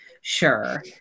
sure